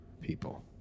People